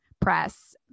press